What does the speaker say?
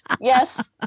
yes